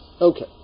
Okay